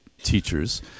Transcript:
teachers